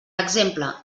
exemple